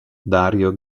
dario